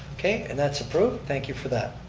okay, and that's approved. thank you for that.